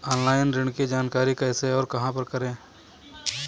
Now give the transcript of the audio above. Online ऋण की जानकारी कैसे और कहां पर करें?